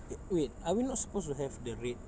eh wait are we not supposed to have the red